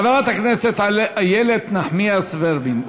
חברת הכנסת איילת נחמיאס ורבין,